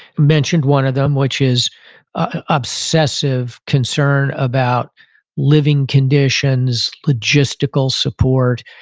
mentioned one of them, which is obsessive concern about living conditions, logistical support,